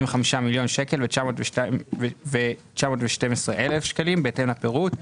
מיליון ₪ ו-912,000 שקלים בהתאם לפירוט.